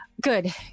good